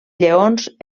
lleons